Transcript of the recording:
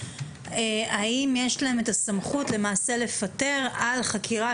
האם יש להם את הסמכות לפטר על חקירה